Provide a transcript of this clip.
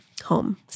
Home